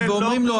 ואומרים לו,